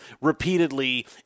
repeatedly